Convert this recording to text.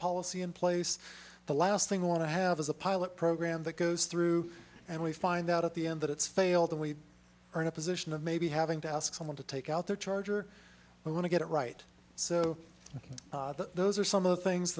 policy in place the last thing we want to have is a pilot program that goes through and we find out at the end that it's failed and we are in a position of maybe having to ask someone to take out their charger i want to get it right so those are some of the things